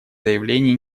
заявлений